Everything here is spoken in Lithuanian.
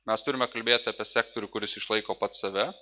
mes turime kalbėt apie sektorių kuris išlaiko pats save